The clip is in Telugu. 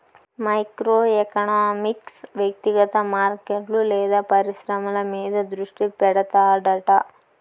మైక్రో ఎకనామిక్స్ వ్యక్తిగత మార్కెట్లు లేదా పరిశ్రమల మీద దృష్టి పెడతాడట